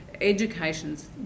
education's